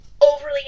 overly